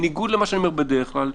בניגוד למה שאני אומר בדרך כלל,